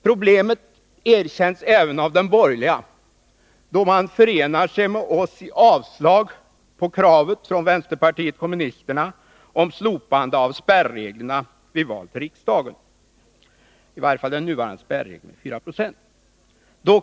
Problemet erkänns även av de borgerliga, då de förenat sig med oss i avslag på kravet från vpk på slopande av spärregeln vid val till riksdagen — i varje fall den nuvarande spärregeln 4 96.